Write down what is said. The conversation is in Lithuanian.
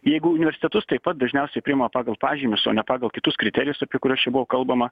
jeigu į universitetus taip pat dažniausiai priima pagal pažymius o ne pagal kitus kriterijus apie kuriuos čia buvo kalbama